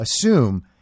assume